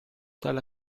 tale